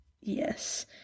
Yes